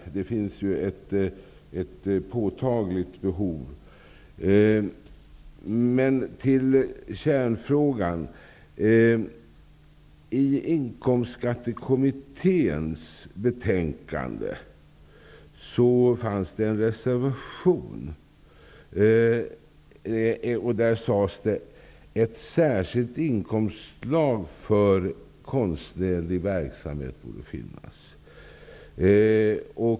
Det finns ett påtagligt behov. Men åter till kärnfrågan. I Inkomstskattekommitténs betänkande fanns det en reservation. I reservationen sades det att ett särskilt inkomstslag för konstnärlig verksamhet borde finnas.